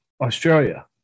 Australia